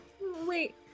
Wait